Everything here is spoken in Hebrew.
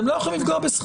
אתם לא יכול לפגוע בשכרו.